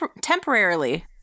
temporarily